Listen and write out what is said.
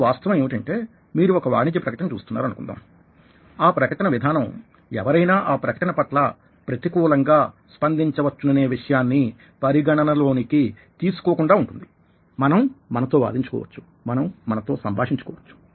ఇప్పుడు వాస్తవం ఏమిటంటే మీరు ఒక వాణిజ్య ప్రకటన ని చూస్తున్నారు అనుకుందాం ఆ ప్రకటన విధానం ఎవరైనా ఆ ప్రకటన పట్ల ప్రతికూలంగా స్పందించ వచ్చుననే విషయాన్ని పరిగణనలోనికి తీసుకోకుండా ఉంటుంది మనం మనతో వాదించుకోవచ్చు మనం మనతో సంభాషించుకోవచ్చు